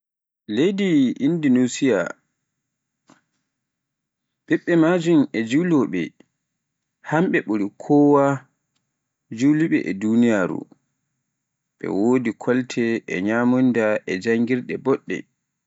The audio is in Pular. ɓiɓɓe leydi Indonesia ɓe julowooɓe, hanɓe buri kowa julowooɓe e duniyaaru, ɓe wodi kolte e nyamunda e janngirde boɗɗe.